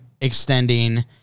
extending